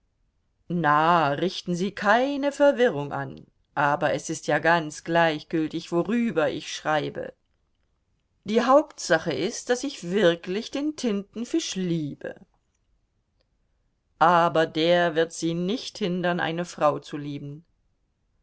na richten sie keine verwirrung an aber es ist ja ganz gleichgültig worüber ich schreibe die hauptsache ist daß ich wirklich den tintenfisch liebe aber der wird sie nicht hindern eine frau zu lieben